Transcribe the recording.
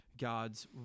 God's